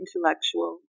intellectual